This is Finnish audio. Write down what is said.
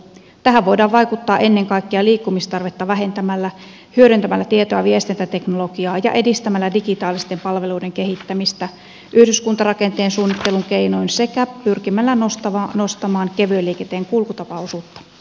tähän voidaan vaikuttaa ennen kaikkea liikkumistarvetta vähentämällä hyödyntämällä tieto ja viestintäteknologiaa ja edistämällä digitaalisten palveluiden kehittämistä yhdyskuntarakenteen suunnittelun keinoin sekä pyrkimällä nostamaan kevyen liikenteen kulkutapaosuutta